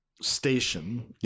station